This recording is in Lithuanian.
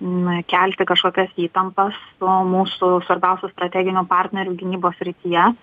na kelti kažkokias įtampas o mūsų svarbiausias strateginių partnerių gynybos srityje